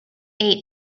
ate